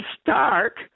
Stark